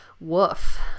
woof